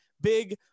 big